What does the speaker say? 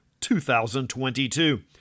2022